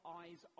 eyes